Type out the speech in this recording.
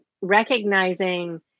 recognizing